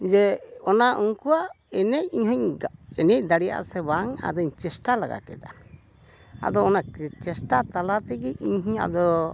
ᱡᱮ ᱚᱱᱟ ᱩᱱᱠᱩᱣᱟᱜ ᱮᱱᱮᱡ ᱤᱧᱦᱚᱸᱧ ᱮᱱᱮᱡ ᱫᱟᱲᱮᱭᱟᱜᱼᱟ ᱥᱮ ᱵᱟᱝ ᱟᱫᱚᱧ ᱪᱮᱥᱴᱟ ᱞᱟᱜᱟ ᱠᱮᱫᱟ ᱟᱫᱚ ᱚᱱᱟ ᱪᱮᱥᱴᱟ ᱛᱟᱞᱟ ᱛᱮᱜᱮ ᱤᱧᱦᱚᱸ ᱟᱫᱚ